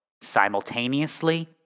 simultaneously